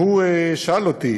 והוא שאל אותי